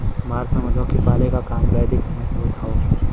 भारत में मधुमक्खी पाले क काम वैदिक समय से होत हौ